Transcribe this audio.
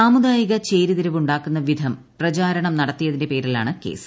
സാമുദായിക ചേരിതിരിവ് ഉണ്ടാക്കുന്ന വിധം പ്രചാരണം നടത്തിയതിന്റെ പേരിലാണ് കേസ്